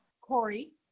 Corey